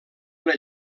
una